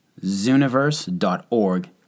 zooniverse.org